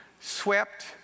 swept